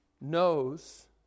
knows